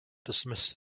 dismiss